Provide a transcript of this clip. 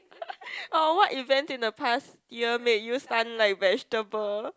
or what events in the past year made you stun like vegetable